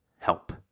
help